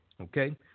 okay